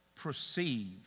perceive